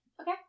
okay